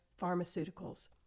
pharmaceuticals